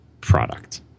product